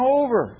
over